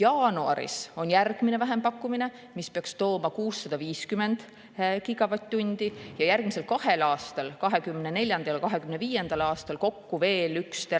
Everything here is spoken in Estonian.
Jaanuaris on järgmine vähempakkumine, mis peaks tooma 650 gigavatt-tundi ja järgmisel kahel aastal, 2024. ja 2025. aastal kokku veel 1 teravati